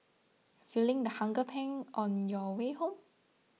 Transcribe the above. feeling the hunger pangs on your way home